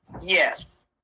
Yes